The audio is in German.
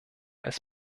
als